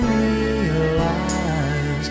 realize